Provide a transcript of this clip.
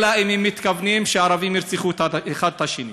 אלא אם כן מתכוונים שערבים ירצחו אחד את השני.